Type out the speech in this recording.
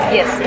Yes